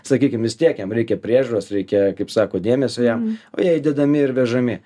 sakykim vis tiek jam reikia priežiūros reikia kaip sako dėmesio jam o jie įdedami ir vežami